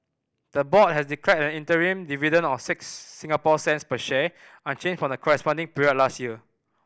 the board has declared an interim dividend of six Singapore cents per share unchanged from the corresponding period last year